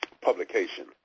publication